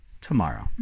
tomorrow